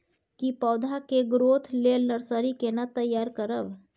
की पौधा के ग्रोथ लेल नर्सरी केना तैयार करब?